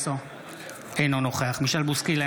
אינו נוכח מישל בוסקילה,